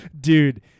dude